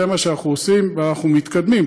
זה מה שאנחנו עושים, ואנחנו מתקדמים.